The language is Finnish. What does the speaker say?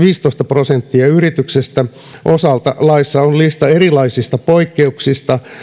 prosenttia yrityksestä osalta laissa on lista erilaisista poikkeuksista